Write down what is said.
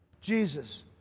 Jesus